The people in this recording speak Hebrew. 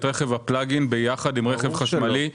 את רכב הפלגים ביחד עם רכב חשמלי,